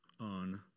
on